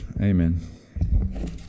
Amen